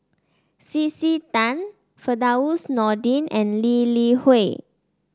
C C Tan Firdaus Nordin and Lee Li Hui